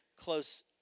close